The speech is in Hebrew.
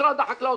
משרד החקלאות,